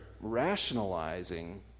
rationalizing